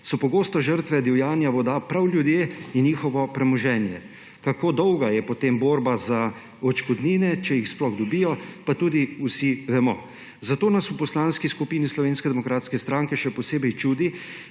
so pogosto žrtve divjanja voda prav ljudje in njihovo premoženje. Kako dolga je potem borba za odškodnine, če jih sploh dobijo, pa tudi vsi vemo. Zato nas v Poslanski skupini Slovenske demokratske stranke še posebej čudi,